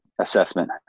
assessment